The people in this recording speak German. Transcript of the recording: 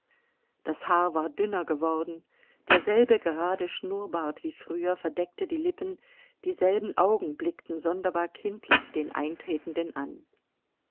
das haar war dünner geworden derselbe gerade schnurrbart wie früher verdeckte die lippen dieselben augen blickten sonderbar kindlich den eintretenden an